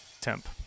temp